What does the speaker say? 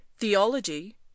Theology